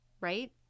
right